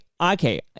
okay